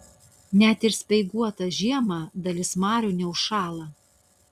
net ir speiguotą žiemą dalis marių neužšąla